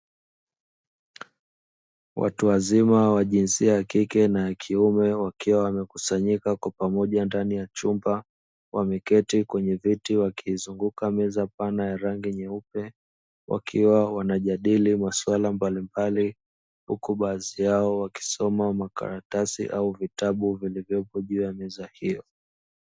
Watu wazima wa jinsia ya kike na kiume wakiwa wamekusanyika kwa pamoja ndani ya chumba, wameketi kwenye viti wakiizunguka meza pana ya rangi nyeupe wakiwa wanajadili masuala mbalimbali huku baadhi yao wakisoma makaratasi au vitabu vilivyopo juu ya meza hiyo.